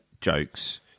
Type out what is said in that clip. jokes